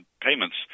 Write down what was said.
payments